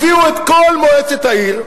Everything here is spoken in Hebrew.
הביאו את כל מועצת העיר,